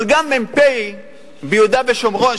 אבל גם מ"פ ביהודה ושומרון,